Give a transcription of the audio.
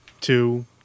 two